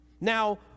Now